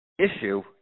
issue